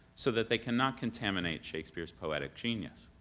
so that they cannot contaminate shakespeare's poetic genius.